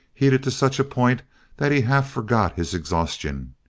heated to such a point that he half-forgot his exhaustion.